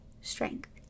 strength